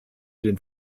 den